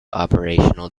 operational